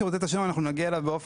אנחנו נגיע לאשראי אגב שירותי תשלום